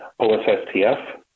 OSSTF